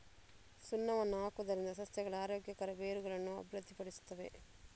ಸುಣ್ಣವನ್ನು ಹಾಕುವುದರಿಂದ ಸಸ್ಯಗಳು ಆರೋಗ್ಯಕರ ಬೇರುಗಳನ್ನು ಅಭಿವೃದ್ಧಿಪಡಿಸುತ್ತವೆ